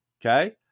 Okay